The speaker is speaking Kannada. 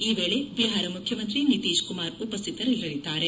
ಈ ವೇಳೆ ಬಿಪಾರ ಮುಖ್ಯಮಂತ್ರಿ ನಿತೀಶ್ ಕುಮಾರ್ ಉಪಸ್ಥಿತರಿರಲಿದ್ದಾರೆ